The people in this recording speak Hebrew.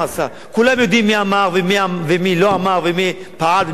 כולם יודעים מי אמר ומי לא אמר ומי פעל ומי לא פעל.